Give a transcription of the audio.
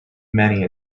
many